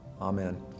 Amen